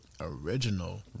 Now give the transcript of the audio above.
original